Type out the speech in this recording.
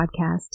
podcast